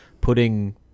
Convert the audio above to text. putting